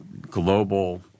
global